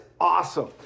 awesome